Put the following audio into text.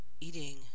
eating